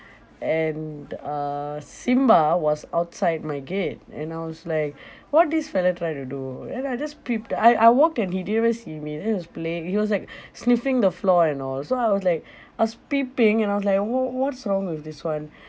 and uh simba was outside my gate and I was like what this fella trying to do then I just peeped I I walked and he didn't even see me then he was playing he was like sniffing the floor and all so I was like I was peeping and I was like wha~ what's wrong with this [one]